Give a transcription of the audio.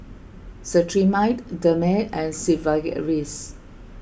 Cetrimide Dermale and Sigvaris